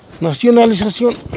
Nacionalización